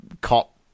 cop